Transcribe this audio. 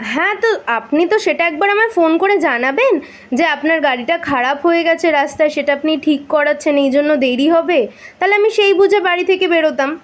হ্যাঁ তো আপনি তো সেটা একবার আমায় ফোন করে জানাবেন যে আপনার গাড়িটা খারাপ হয়ে গেছে রাস্তায় সেটা আপনি ঠিক করাচ্ছেন এই জন্য দেরি হবে তাহলে আমি সেই বুঝে বাড়ি থেকে বেরোতাম